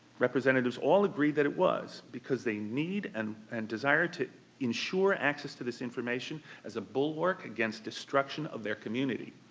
representatives all agreed that it was, because they need and and desire to ensure access to this information as a bulwark against destruction of their community.